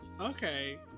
Okay